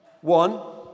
one